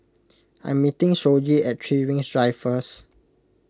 I am meeting Shoji at three Rings Drive First